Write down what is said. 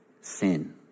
sin